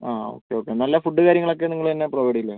ആ okay okay നല്ല food കാര്യങ്ങളൊക്കെ നിങ്ങൾ തന്നെ പ്രൊവൈഡ് ചെയ്യില്ലേ